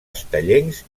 estellencs